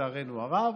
לצערנו הרב,